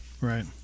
Right